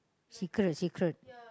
secret secret